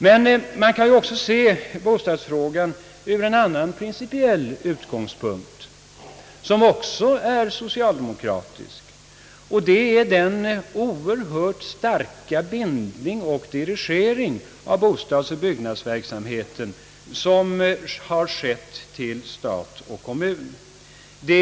Men man kan ju också se bostadsfrågan ur en annan principiell synvinkel, som också är socialdemokratisk, nämligen den oerhört starka bindning och dirigering av bostadsoch byggnadsverksamheten till stat och kommun, som har skett.